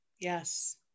Yes